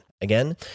Again